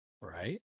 right